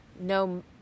no